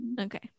Okay